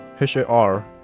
H-A-R